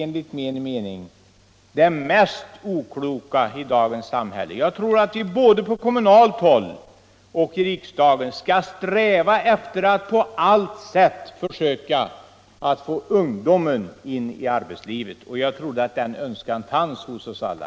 Enligt min mening är det tvärtom det mest okloka i dagens samhälle. Jag anser att vi både på kommunalt håll och här i riksdagen skall sträva efter att på allt sätt försöka få in ungdomen i arbetslivet, och det är en önskan som jag trodde fanns hos oss alla.